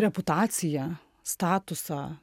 reputaciją statusą